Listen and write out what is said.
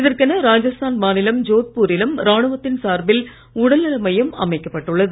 இதற்கென ராஜஸ்தான் மாநிலம் ஜோத்பூரிலும் ராணுவத்தின் சார்பில் உடல்நல மையம் அமைக்கப்பட்டுள்ளது